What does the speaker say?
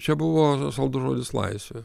čia buvo saldus žodis laisvė